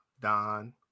Don